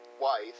Wife